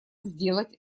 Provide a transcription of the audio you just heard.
сделать